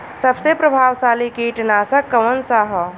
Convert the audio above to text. सबसे प्रभावशाली कीटनाशक कउन सा ह?